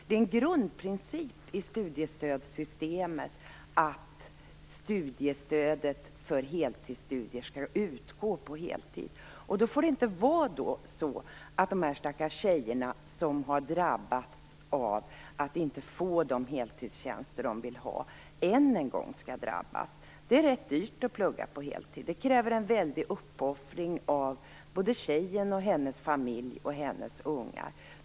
Det är en grundprincip i studiestödssystemet att studiestödet för heltidsstudier skall utgå på heltid. Då får det inte vara så att dessa stackars tjejer, som har drabbats av att inte få de heltidstjänster de vill ha, än en gång skall drabbas. Det är ganska dyrt att plugga på heltid. Det kräver en väldig uppoffring av tjejen och hennes familj och hennes ungar.